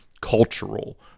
cultural